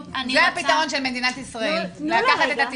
זה הפתרון של מדינת ישראל לקחת את התיכוניסטים.